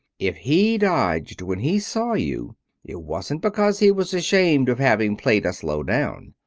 if he dodged when he saw you it wasn't because he was ashamed of having played us low-down.